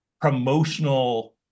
promotional